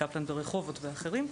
קפלן ברחובות ואחרים,